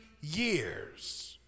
years